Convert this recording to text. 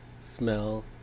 smell